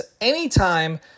anytime